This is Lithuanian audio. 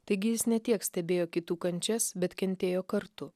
taigi jis ne tiek stebėjo kitų kančias bet kentėjo kartu